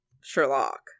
Sherlock